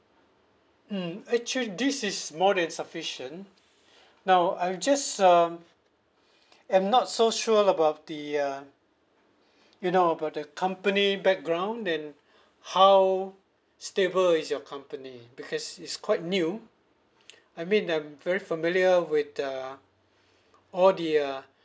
mm actually this is more than sufficient now I just um am not so sure about the uh you know about the company background and how stable is your company because is quite new I mean I'm very familiar with the uh all the uh